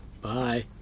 bye